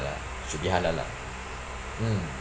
ya should be halal lah mm